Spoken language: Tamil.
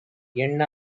எண்ண